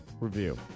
review